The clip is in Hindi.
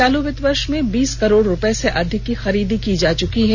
चालू वित्त वर्ष में बीस करोड़ रुपये से अधिक की खरीद की जा चुकी है